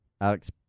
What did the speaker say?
Alex